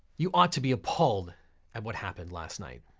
you ought to be appalled at what happened last night.